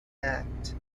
act